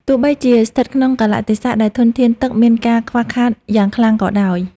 ទោះបីជាស្ថិតក្នុងកាលៈទេសៈដែលធនធានទឹកមានការខ្វះខាតយ៉ាងខ្លាំងក៏ដោយ។